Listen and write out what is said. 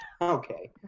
Okay